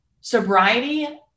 sobriety